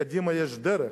לקדימה יש דרך,